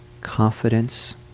confidence